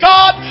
God